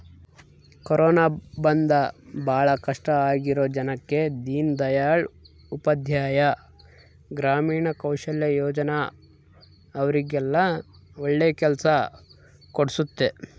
corona ಬಂದು ಭಾಳ ಕಷ್ಟ ಆಗಿರೋ ಜನಕ್ಕ ದೀನ್ ದಯಾಳ್ ಉಪಾಧ್ಯಾಯ ಗ್ರಾಮೀಣ ಕೌಶಲ್ಯ ಯೋಜನಾ ಅವ್ರಿಗೆಲ್ಲ ಒಳ್ಳೆ ಕೆಲ್ಸ ಕೊಡ್ಸುತ್ತೆ